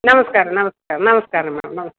ನಮಸ್ಕಾರ ನಮಸ್ಕಾರ ನಮಸ್ಕಾರ ಮೇಡಮ್